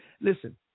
listen